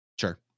Sure